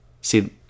See